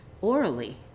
orally